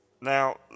Now